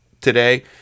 today